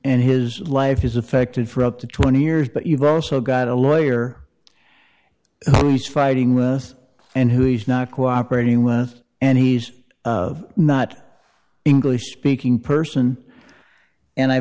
and his life is affected for up to twenty years but you've also got a lawyer he's fighting with us and who is not cooperating with and he's not english speaking person and i